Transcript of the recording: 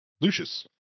Lucius